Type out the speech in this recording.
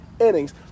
Innings